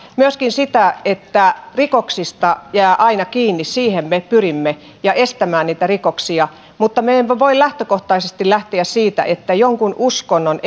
myöskin siihen että rikoksista jää aina kiinni me pyrimme ja pyrimme estämään niitä rikoksia mutta me emme voi lähteä siitä että jonkin uskonnon